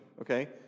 okay